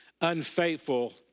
unfaithful